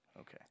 Okay